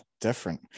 different